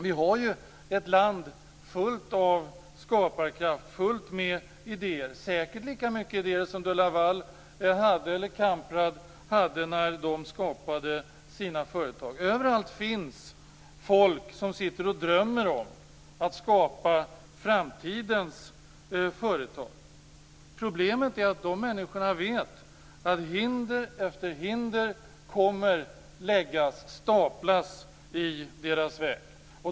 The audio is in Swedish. Vi har ju ett land fullt av skaparkraft, fullt av idéer, säkert lika mycket idéer som de Laval eller Kamprad hade när de skapade sina företag. Överallt finns det folk som sitter och drömmer om att skapa framtidens företag. Problemet är att dessa människor vet att hinder efter hinder kommer att staplas i deras väg.